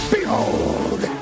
Behold